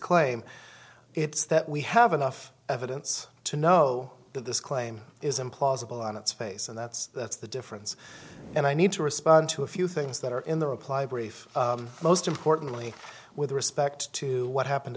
claim it's that we have enough evidence to no that this claim is implausible on its face and that's the difference and i need to respond to a few things that are in the reply brief most importantly with respect to what happened